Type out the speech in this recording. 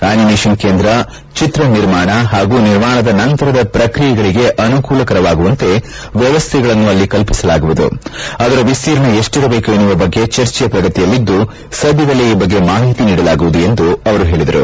animation ಕೇಂದ್ರ ಚಿತ್ರ ನಿರ್ಮಾಣ ಹಾಗೂ ನಿರ್ಮಾಣದ ನಂತರದ ಪ್ರಕ್ರಿಯೆಗಳಿಗೆ ಅನುಕೂಲವಾಗುವಂತೆ ವ್ಯವಸ್ಥೆಗಳನ್ನು ಅಲ್ಲಿ ಕಲ್ಪಿಸಲಾಗುವುದು ಅದರ ವಿಸ್ತೀರ್ಣ ಎಷ್ಟಿರಬೇಕು ಎನ್ನುವ ಬಗ್ಗೆ ಚರ್ಜೆ ಪ್ರಗತಿಯಲ್ಲಿದ್ದು ಸದ್ದದಲ್ಲೇ ಈ ಬಗ್ಗೆ ಮಾಹಿತಿ ನೀಡಲಾಗುವುದು ಎಂದು ಹೇಳಿದರು